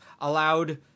allowed